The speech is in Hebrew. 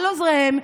עם עוזריהם,